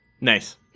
Nice